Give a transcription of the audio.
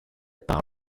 par